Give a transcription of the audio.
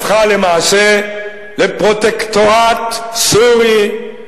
הפכה למעשה לפרוטקטורט סורי,